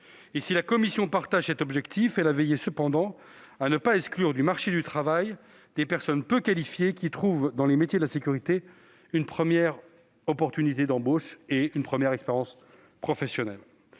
Si la commission partage cet objectif, elle a veillé cependant à ne pas exclure du marché du travail des personnes peu qualifiées qui trouvent dans les métiers de la sécurité une première opportunité d'embauche et, donc, une première expérience professionnelle.